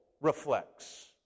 reflects